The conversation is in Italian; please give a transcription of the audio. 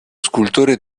scultore